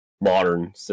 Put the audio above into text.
modern